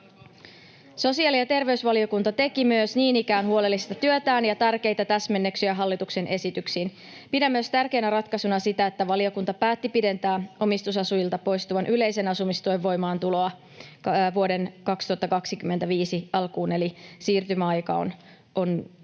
sosiaali- ja terveysvaliokunta teki niin ikään huolellista työtä ja tärkeitä täsmennyksiä hallituksen esityksiin. Pidän tärkeänä ratkaisuna myös sitä, että valiokunta päätti pidentää omistusasujilta poistuvan yleisen asumistuen voimaantuloa vuoden 2025 alkuun, eli siirtymäaika on näin